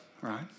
right